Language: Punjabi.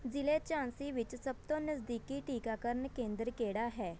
ਜ਼ਿਲ੍ਹੇ ਝਾਂਸੀ ਵਿੱਚ ਸਭ ਤੋਂ ਨਜ਼ਦੀਕੀ ਟੀਕਾਕਰਨ ਕੇਂਦਰ ਕਿਹੜਾ ਹੈ